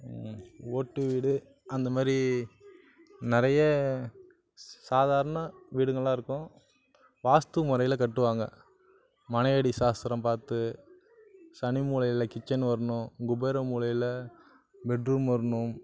ஓட்டு வீடு அந்த மாதிரி நிறைய சாதாரண வீடுங்கலாம் இருக்கும் வாஸ்த்து முறையில கட்டுவாங்க மனையடி சாஸ்திரம் பார்த்து சனி மூலையில் கிச்சன் வரணும் குபேர மூலையில் பெட்ரூம் வரணும்